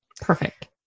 Perfect